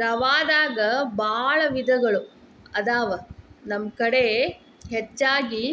ರವಾದಾಗ ಬಾಳ ವಿಧಗಳು ಅದಾವ ನಮ್ಮ ಕಡೆ ಹೆಚ್ಚಾಗಿ